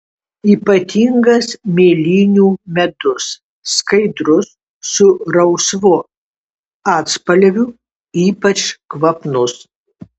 ypatingas mėlynių medus skaidrus su rausvu atspalviu ypač kvapnus